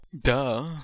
Duh